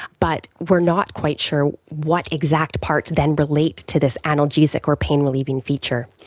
but we're not quite sure what exact parts then relate to this analgesic or pain relieving feature.